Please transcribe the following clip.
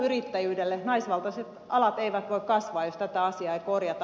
naisvaltaiset alat eivät voi kasvaa jos tätä asiaa ei korjata